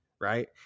Right